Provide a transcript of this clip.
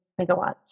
megawatts